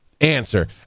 answer